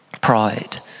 Pride